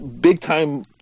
big-time